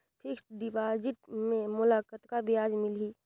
Fixed deposit मे मोला कतका ब्याज मिलही?